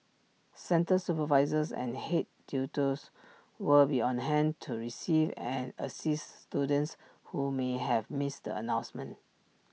centre supervisors and Head tutors will be on hand to receive and assist students who may have missed the announcement